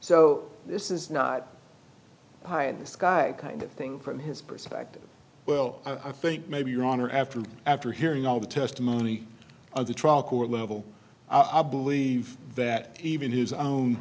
so this is not high in the sky kind of thing from his perspective well i think maybe your honor after after hearing all the testimony of the trial court level i believe that even his own